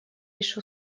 лишь